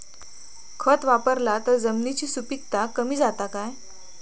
खत वापरला तर जमिनीची सुपीकता कमी जाता काय?